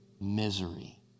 Misery